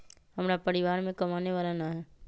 हमरा परिवार में कमाने वाला ना है?